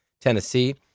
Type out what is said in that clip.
Tennessee